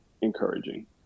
encouraging